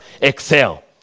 excel